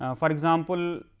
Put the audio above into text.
ah for example,